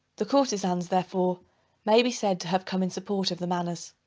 the courtezans, therefore may be said to have come in support of the manners.